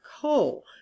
coal